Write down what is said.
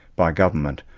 by government,